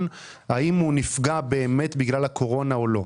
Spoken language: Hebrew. האם הוא נפגע באמת בגלל הקורונה או לא.